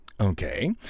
Okay